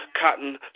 cotton